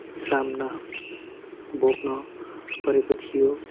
सामना भोग्न परेको थियो